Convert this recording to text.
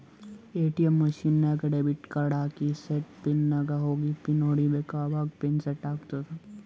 ATM machine ನಾಗ್ debit card ಹಾಕಿ set pin ನಾಗ್ ಹೋಗಿ ಪಿನ್ ಹೊಡಿಬೇಕ ಅವಾಗ ಪಿನ್ ಸೆಟ್ ಆತ್ತುದ